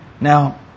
Now